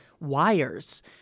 wires